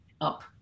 up